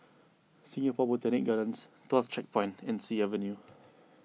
Singapore Botanic Gardens Tuas Checkpoint and Sea Avenue